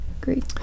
Great